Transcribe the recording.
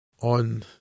on